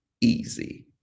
easy